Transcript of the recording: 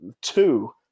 two